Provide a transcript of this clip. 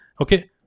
okay